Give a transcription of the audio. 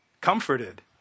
comforted